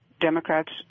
Democrats